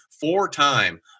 four-time